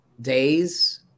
days